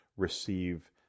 Receive